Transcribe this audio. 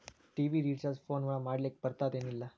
TV recharge phone ಒಳಗ ಮಾಡ್ಲಿಕ್ ಬರ್ತಾದ ಏನ್ ಇಲ್ಲ?